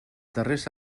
darrers